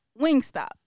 Wingstop